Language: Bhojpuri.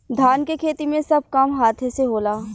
धान के खेती मे सब काम हाथे से होला